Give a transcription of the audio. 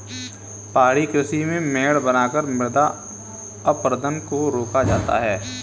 पहाड़ी कृषि में मेड़ बनाकर मृदा अपरदन को रोका जाता है